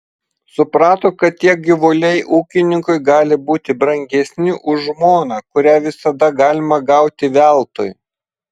suprato kad tie gyvuliai ūkininkui gali būti brangesni už žmoną kurią visada galima gauti veltui